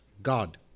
God